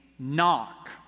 knock